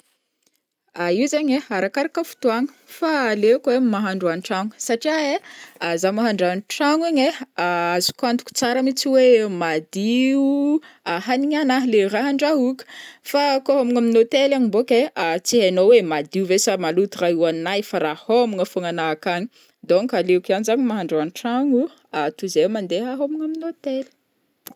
Io zegny ai arakaraka fotoagna, fa aleoko ai mahandro antragno, satria ai za mahandro antragno igny ai azoko antoko tsara mitsy oe madio hanignanaha le raha andrahoko, fa kô homagna amin'ny hotely ani bonko ai tsy hainô oe madio ve sa maloto ra ihoagninaha io fara hômagna fogna ana akagny donc aleoko ihany zany mahandro antragno toizay mandeha hômagna amin'ny hotely.